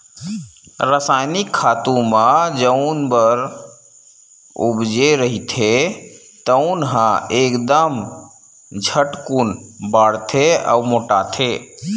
रसायनिक खातू म जउन बन उपजे रहिथे तउन ह एकदम झटकून बाड़थे अउ मोटाथे